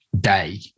day